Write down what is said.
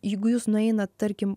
jeigu jūs nueinat tarkim